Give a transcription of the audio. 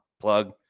plug